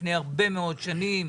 לפני הרבה מאוד שנים,